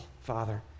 Father